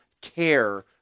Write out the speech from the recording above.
care